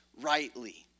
rightly